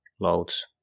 loads